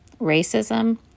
racism